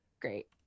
Great